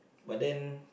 but then